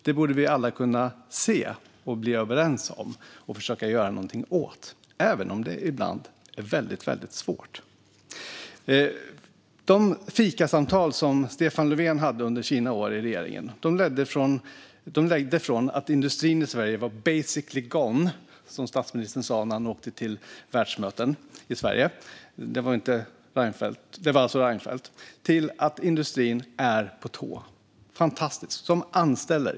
Det borde vi alla kunna se, bli överens om och försöka göra något åt, även om det ibland är väldigt svårt. De fikasamtal som Stefan Löfven hade under sina år i regeringen ledde från att industrin i Sverige var "basically gone", som statsminister Reinfeldt sa när han åkte till världsmöten, till att industrin är på tå på ett fantastiskt sätt. Man anställer.